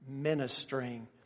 Ministering